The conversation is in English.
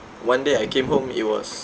one day I came home it was